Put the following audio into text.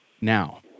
now